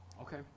Okay